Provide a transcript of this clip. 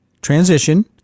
transition